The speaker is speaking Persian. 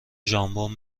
ژامبون